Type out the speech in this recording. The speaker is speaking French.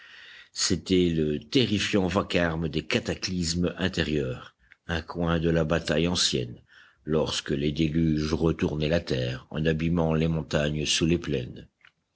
c'était le terrifiant vacarme des cataclysmes intérieurs un coin de la bataille ancienne lorsque les déluges retournaient la terre en abîmant les montagnes sous les plaines